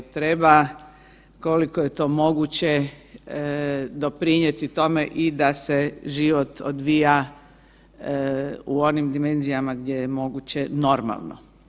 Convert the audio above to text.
Treba koliko je to moguće doprinijeti tome i da se život odvija u onim dimenzijama gdje je moguće normalno.